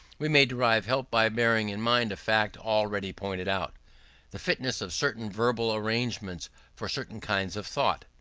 we may derive help by bearing in mind a fact already pointed out the fitness of certain verbal arrangements for certain kinds of thought.